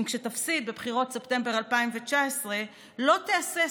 אם כשתפסיד בבחירות ספטמבר 2019 לא תהסס